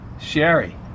sherry